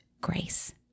grace